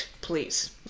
please